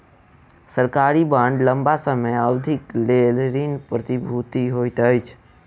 सरकारी बांड लम्बा समय अवधिक लेल ऋण प्रतिभूति होइत अछि